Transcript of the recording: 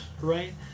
right